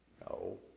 No